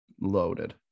loaded